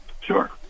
Sure